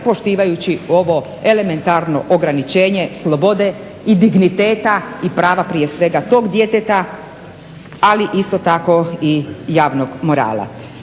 poštivajući ovo elementarno ograničenje slobode i digniteta i prava prije svega tog djeteta ali isto tako i javnog morala.